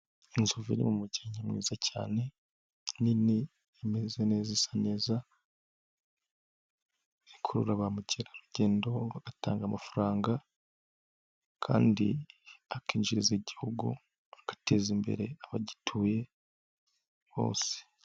Inzovu iri mu mukenke mwiza cyane nini imeze neza isa neza, ikurura ba mukerarugendo agatanga amafaranga kandi akinjiriza igihugu agateza imbere abagituye bose.